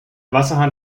wasserhahn